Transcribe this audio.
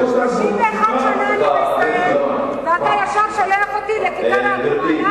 31 שנה אני בישראל ואתה ישר שולח אותי לכיכר האדומה,